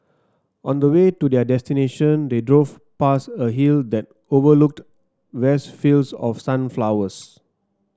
on the way to their destination they drove past a hill that overlooked vast fields of sunflowers